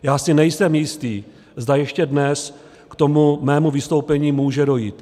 Já si nejsem jistý, zda ještě dnes k tomu mému vystoupení může dojít.